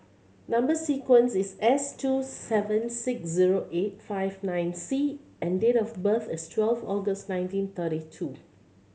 number sequence is S two seven six zero eight five nine C and date of birth is twelve August nineteen thirty two